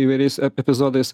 įvairiais epizodais